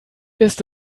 ist